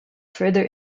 further